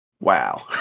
wow